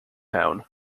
town